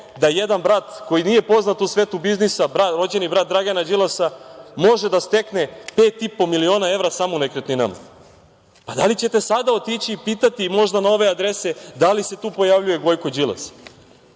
da jedan brat koji nije poznat u svetu biznisa, rođeni brat Dragana Đilasa, može da stekne 5,5 miliona evra samo u nekretninama. Da li ćete sada otići i pitati, možda na ove adrese, da li se tu pojavljuje Gojko Đilas?